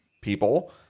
people